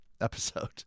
episode